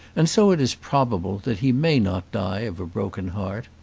and so it is probable that he may not die of a broken heart.